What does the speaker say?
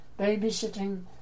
babysitting